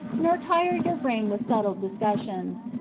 nor tire your brain with subtile dis cussions.